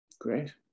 Great